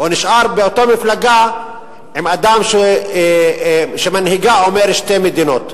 הוא נשאר באותה מפלגה עם אדם שמנהיגה אומר: שתי מדינות.